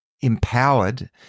empowered